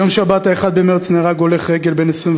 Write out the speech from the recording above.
ביום שבת 1 במרס נהרג הולך רגל בן 25